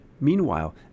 Meanwhile